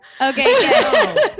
Okay